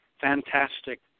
fantastic